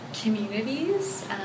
communities